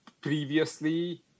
previously